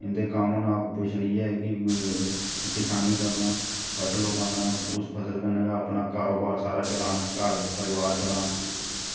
इंदे common occupation इ'यै कि करसानी करना फसल उगाना उस फसल कन्नै गै अपना कारोबार सारा चलाना घर परिवार चलाना